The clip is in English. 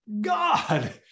God